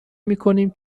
میکنیم